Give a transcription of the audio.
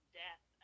death